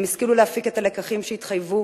הם השכילו להפיק את הלקחים שהתחייבו